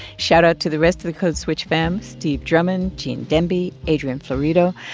shout-out to the rest of the code switch fam steve drummond, gene demby, adrian florido,